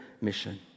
mission